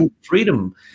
freedom